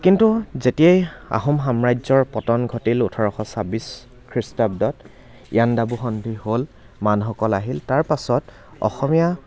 কিন্তু যেতিয়াই আহোম সাম্ৰাজ্যৰ পতন ঘটিল ওঠৰশ ছাব্বিছ খ্ৰীষ্টাব্দত ইয়াণ্ডাবু সন্ধি হ'ল মানসকল আহিল তাৰ পাছত অসমীয়া